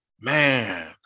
Man